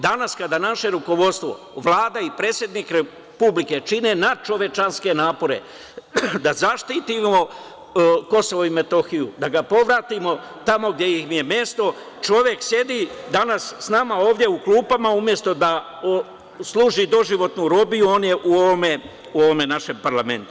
Danas kada naše rukovodstvo, Vlada i predsednik Republike čine nadčovečanske napore da zaštitimo Kosovo i Metohiju, da ga povratimo tamo gde mu je mesto, čovek sedi danas sa nama ovde u klupama, umesto da služi doživotnu robiju, on je u našem parlamentu.